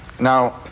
Now